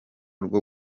rwo